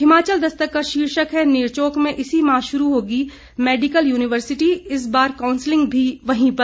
हिमाचल दस्तक का शीर्षक है नेरचौक में इसी माह शुरू होगी मेडिकल यूनिवर्सिटी इस बार काउंसिलिंग भी वहीं पर